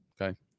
okay